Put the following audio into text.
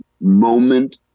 moment